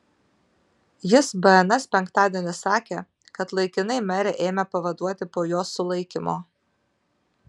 jis bns penktadienį sakė kad laikinai merę ėmė pavaduoti po jos sulaikymo